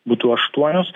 būtų aštuonios